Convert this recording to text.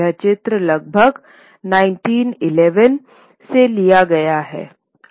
यह चित्र लगभग 1911 में लिया गया है